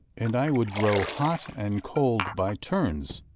and i would grow hot and cold by turns,